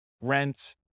rent